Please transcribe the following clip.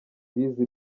bize